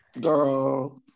girl